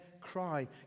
cry